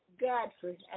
Godfrey